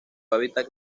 hábitat